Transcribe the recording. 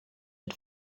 had